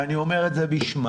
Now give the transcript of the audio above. ואני אומר את זה בשמם,